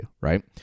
right